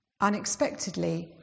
unexpectedly